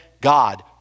God